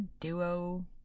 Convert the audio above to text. duo